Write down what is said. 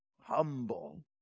humble